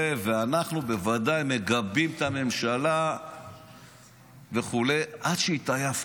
ואנחנו בוודאי מגבים את הממשלה וכו' עד שהתעייפתם.